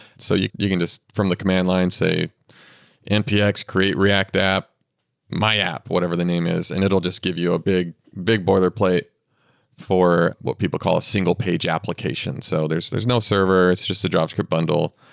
so you you can just from the command line say npx create react app my app, whatever the name is and it'll just give you a big big boilerplate for what people call a single-page application. so there's there's no server. it's just a javascript bundle.